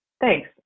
Thanks